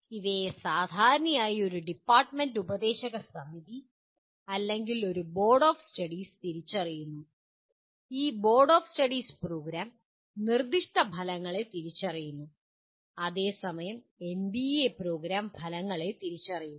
ഇവയെ സാധാരണയായി ഒരു ഡിപ്പാർട്ട്മെൻ്റ് ഉപദേശക സമിതി അല്ലെങ്കിൽ ഒരു ബോർഡ് ഓഫ് സ്റ്റഡീസ് തിരിച്ചറിയുന്നു ഈ ബോർഡ് ഓഫ് സ്റ്റഡീസ് പ്രോഗ്രാം നിർദ്ദിഷ്ട ഫലങ്ങളെ തിരിച്ചറിയുന്നു അതേസമയം എൻബിഎ പ്രോഗ്രാം ഫലങ്ങളെ തിരിച്ചറിയുന്നു